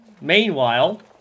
Meanwhile